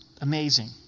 Amazing